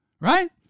right